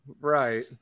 right